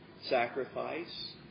sacrifice